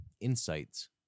insights